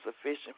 sufficient